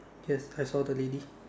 yes I saw the lady